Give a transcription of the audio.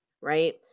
right